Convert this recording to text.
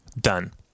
Done